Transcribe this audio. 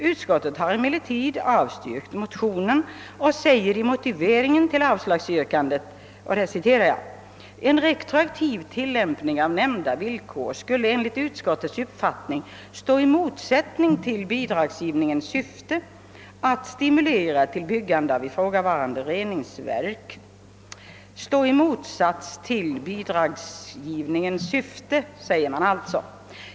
Utskottet har emellertid avstyrkt motionen och anför i motiveringen till avslagsyrkandet: »En retroaktiv tillämpning av nämnda villkor skulle enligt utskottets uppfattning stå i motsättning till bidragsgivningens syfte att stimulera till byggande av ifrågavarande reningsverk.» Stå i motsats till bidragsgivningens syfte, skriver alltså utskottet.